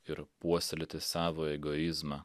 ir puoselėti savo egoizmą